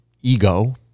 Ego